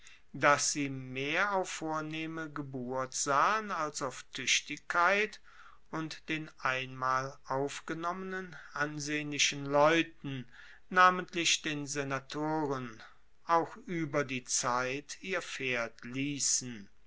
dass sie mehr auf vornehme geburt sahen als auf tuechtigkeit und den einmal aufgenommenen ansehnlichen leuten namentlich den senatoren auch ueber die zeit ihr pferd liessen